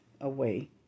away